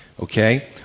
Okay